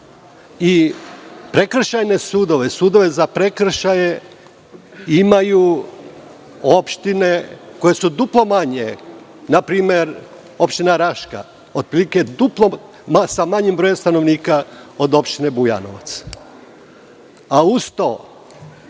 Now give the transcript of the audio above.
i prekršajne sudove, sudove za prekršaje imaju opštine koje su duplo manje. Na primer, opština Raška sa otprilike duplo manjem broja stanovnika od opštine Bujanovac.